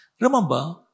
Remember